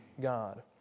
God